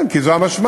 כן, כי זו המשמעות.